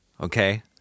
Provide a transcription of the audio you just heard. Okay